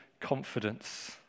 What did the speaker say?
confidence